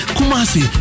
Kumasi